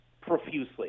profusely